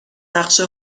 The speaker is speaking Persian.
نقشه